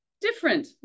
different